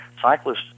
Cyclists